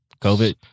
COVID